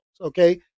okay